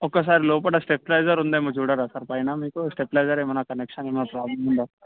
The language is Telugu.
ఒక్కసారి లోపల స్టెబ్లైజర్ ఉందేమో చూడరా సార్ పైన మీకు స్టెబ్లైజర్ ఏమన్న కనెక్షన్ ఏమన్న ప్రాబ్లమ్ ఉందా